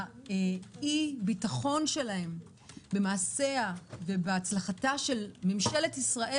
אי-הביטחון שלהם במעשיה ובהצלחתה של ממשלת ישראל